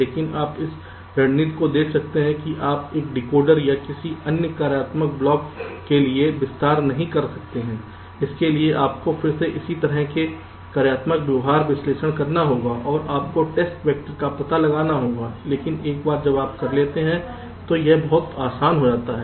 लेकिन आप इस रणनीति को देख सकते हैं कि आप एक डिकोडर वा किसी अन्य कार्यात्मक ब्लॉक के लिए विस्तार नहीं कर सकते हैं इसके लिए आपको फिर से कुछ इसी तरह के कार्यात्मक व्यवहार विश्लेषण करना होगा और आपको टेस्ट वैक्टर का पता लगाना होगा लेकिन एक बार जब आप कर लेते हैं तो यह बहुत आसान है